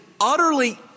utterly